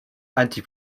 anti